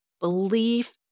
belief